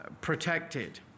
protected